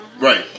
right